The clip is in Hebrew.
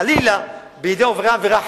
חלילה בידי עוברי עבירה,